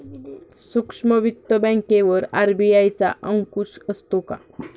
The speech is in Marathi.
सूक्ष्म वित्त बँकेवर आर.बी.आय चा अंकुश असतो का?